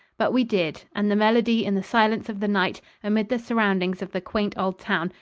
but we did, and the melody in the silence of the night, amid the surroundings of the quaint old town,